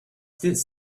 this